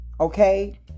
Okay